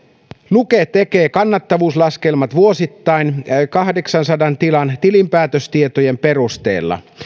luke tekee kannattavuuslaskelmat vuosittain kahdeksansadan tilan tilinpäätöstietojen perusteella